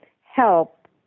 help